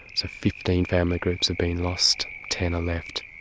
so fifteen family groups have been lost. ten are left.